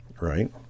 Right